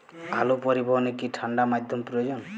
আলু পরিবহনে কি ঠাণ্ডা মাধ্যম প্রয়োজন?